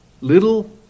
Little